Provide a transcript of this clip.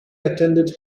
attended